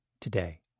today